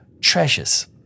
treasures